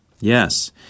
Yes